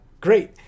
Great